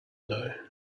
know